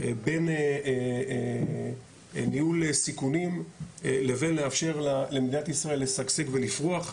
בין ניהול סיכונים לבין לאפשר למדינת ישראל לשגשג ולפרוח.